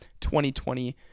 2020